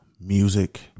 music